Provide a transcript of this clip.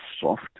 soft